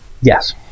Yes